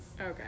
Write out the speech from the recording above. Okay